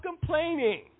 complaining